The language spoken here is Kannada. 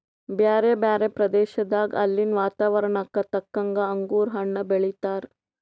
ಬ್ಯಾರೆ ಬ್ಯಾರೆ ಪ್ರದೇಶದಾಗ ಅಲ್ಲಿನ್ ವಾತಾವರಣಕ್ಕ ತಕ್ಕಂಗ್ ಅಂಗುರ್ ಹಣ್ಣ್ ಬೆಳೀತಾರ್